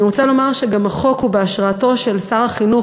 אני רוצה גם לומר שהחוק הוא בהשראתו של שר החינוך,